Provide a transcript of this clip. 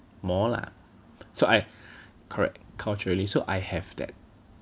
more lah so I correct culturally so I have that